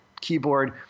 keyboard